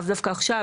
לאו דווקא עכשיו,